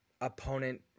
opponent